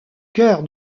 cœur